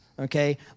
Okay